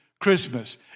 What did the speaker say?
Christmas